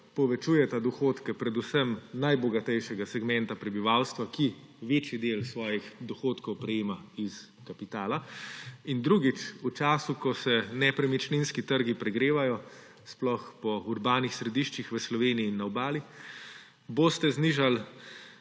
povečujeta dohodke predvsem najbogatejšega segmenta prebivalstva, ki večji del svojih dohodkov prejema iz kapitala. In drugič, v času, ko se nepremičninski trgi pregrevajo, sploh v urbanih središčih v Sloveniji in na Obali, boste znižali